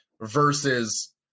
versus